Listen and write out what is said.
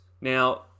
Now